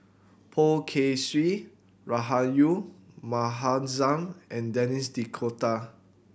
Poh Kay Swee Rahayu Mahzam and Denis D'Cotta